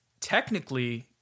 technically